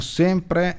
sempre